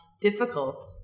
difficult